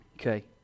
Okay